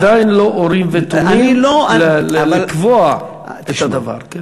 זה עדיין לא אורים-ותומים לקבוע את הדבר.